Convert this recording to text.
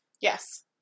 Yes